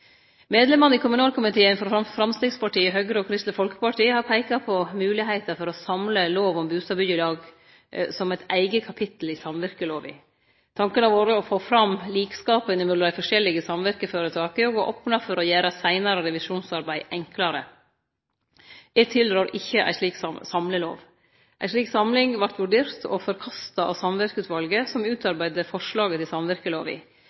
i kommunalkomiteen frå Framstegspartiet, Høgre og Kristeleg Folkeparti har peika på moglegheita for å innarbeide lov om boligbyggelag som eit eige kapittel i samvirkelova. Tanken har vore å få fram likskapen mellom dei forskjellige samvirkeføretaka og å opne for å gjere seinare revisjonsarbeid enklare. Eg tilrår ikkje ei slik samlelov. Ei slik samling vart vurdert og forkasta av Samvirkeutvalet, som